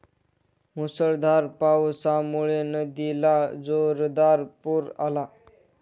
मुसळधार पावसामुळे नदीला जोरदार पूर आला